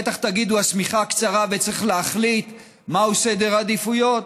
בטח תגידו שהשמיכה קצרה וצריך להחליט מהו סדר העדיפויות.